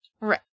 Right